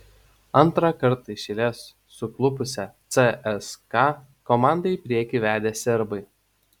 antrą kartą iš eilės suklupusią cska komandą į priekį vedė serbai